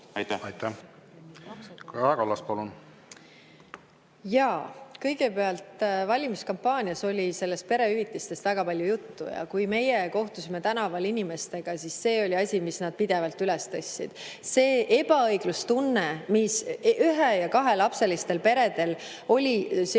Kõigepealt, valimiskampaanias oli perehüvitistest väga palju juttu. Ja kui meie kohtusime tänaval inimestega, siis see oli asi, mis nad pidevalt üles tõstsid. See ebaõiglustunne, mis ühe‑ ja kahelapselistel peredel oli seoses